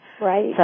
Right